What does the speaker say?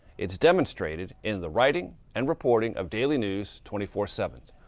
it's demonstrated in the writing and reporting of daily news twenty four seven.